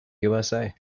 usa